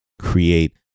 create